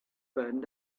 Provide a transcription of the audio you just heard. burned